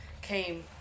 came